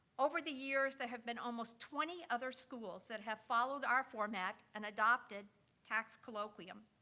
over the years, there have been almost twenty other schools that have followed our format and adopted tax colloquium,